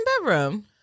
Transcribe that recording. bedroom